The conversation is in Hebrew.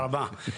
תודה רבה.